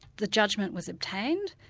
the judgment was obtained.